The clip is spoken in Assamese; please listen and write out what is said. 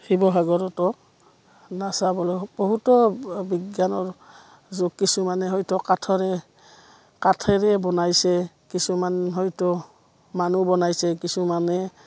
শিৱসাগৰতো নাচাবলৈ বহুতো বিজ্ঞানৰ যুগ কিছুমানে হয়তো কাঠৰে কাঠেৰে বনাইছে কিছুমান হয়তো মানুহ বনাইছে কিছুমানে